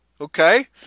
okay